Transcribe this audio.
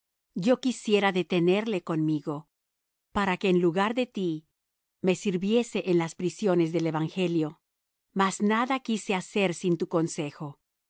yo quisiera detenerle conmigo para que en lugar de ti me sirviese en las prisiones del evangelio mas nada quise hacer sin tu consejo